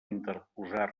interposar